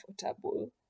comfortable